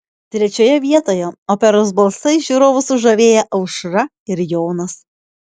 trečioje vietoje operos balsais žiūrovus sužavėję aušra ir jonas